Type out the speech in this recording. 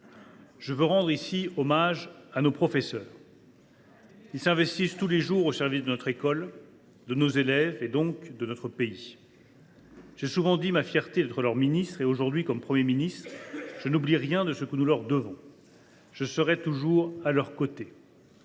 Je veux ici rendre hommage à nos professeurs. » Et à leur ministre ?…« Ils s’investissent tous les jours au service de notre école, de nos élèves et, donc, de notre pays. « J’ai souvent dit ma fierté d’être leur ministre ; aujourd’hui, comme Premier ministre, je n’oublie rien de ce que nous leur devons. Je serai toujours à leurs côtés.